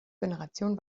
generation